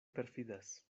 perfidas